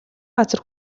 газар